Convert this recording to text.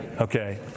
Okay